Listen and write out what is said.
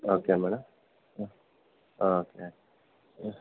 okay madam ಹಾಂ okay ಹಾಂ